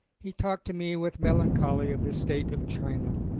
he talked to me with melancholy of the state of china.